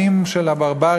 הימים של הברברים,